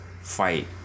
fight